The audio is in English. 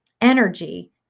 energy